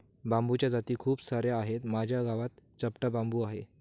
बांबूच्या जाती खूप सार्या आहेत, माझ्या गावात चपटा बांबू आहे